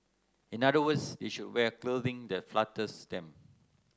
in other words they should wear clothing that flatters them